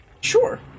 Sure